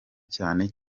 cyane